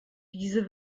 diese